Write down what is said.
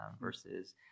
versus